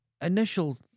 initial